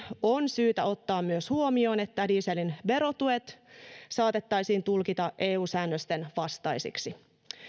on syytä ottaa myös huomioon että jos käyttövoimavero poistettaisiin dieselin verotuet saatettaisiin tulkita eu säännösten vastaisiksi